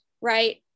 right